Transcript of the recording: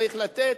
צריך לתת.